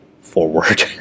forward